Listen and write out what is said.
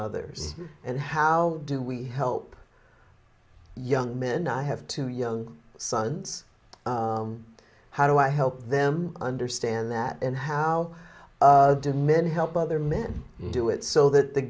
others and how do we help young men i have two young sons how do i help them understand that and how do men help other men do it so that the